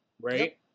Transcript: right